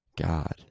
God